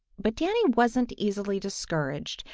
but danny wasn't easily discouraged,